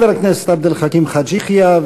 חבר הכנסת עבד אל חכים חאג' יחיא,